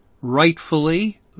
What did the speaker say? rightfully